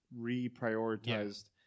reprioritized